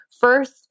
First